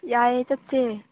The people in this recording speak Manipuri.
ꯌꯥꯏꯌꯦ ꯆꯠꯁꯦ